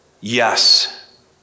yes